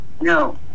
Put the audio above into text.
No